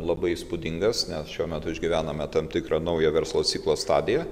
labai įspūdingas nes šiuo metu išgyvename tam tikrą naują verslo ciklo stadiją